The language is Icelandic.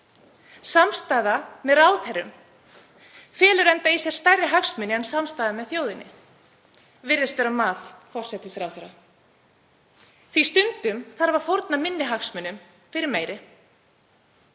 Samstaða með ráðherrum felur enda í sér stærri hagsmuni en samstaða með þjóðinni, virðist vera mat forsætisráðherra, því að stundum þarf að fórna minni hagsmunum fyrir meiri.